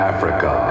Africa